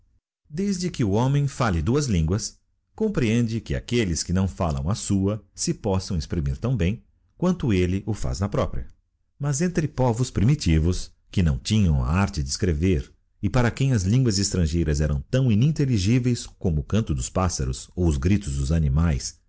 desde que o homem falle duas linguas comprehende que aquelles que não faliam a sua se possam exprimir tão bem quanto elle o faz na própria mas entre povos primitivos que não tinham a arte de escrever e para quem as linguas estrangeiras eram tão innintelligiveis como o canto dos pássaros ou os gritos dos animaes